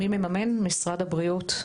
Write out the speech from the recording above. משרד הבריאות.